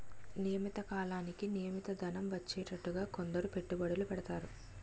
నియమిత కాలానికి నియమిత ధనం వచ్చేటట్టుగా కొందరు పెట్టుబడులు పెడతారు